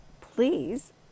please